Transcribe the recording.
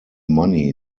money